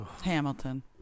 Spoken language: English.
Hamilton